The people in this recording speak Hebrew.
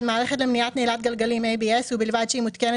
מערכת למניעת נעילת גלגל ABS ובלבד שהיא מותקנת